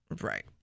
Right